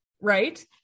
Right